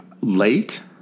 Late